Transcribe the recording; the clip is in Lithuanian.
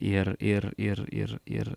ir ir ir ir ir